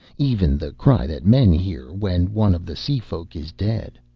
even the cry that men hear when one of the sea-folk is dead.